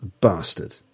Bastard